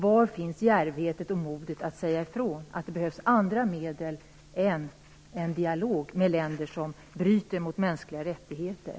Var finns djärvheten och modet att säga ifrån att det behövs andra medel än en dialog med länder som bryter mot mänskliga rättigheter.